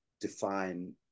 define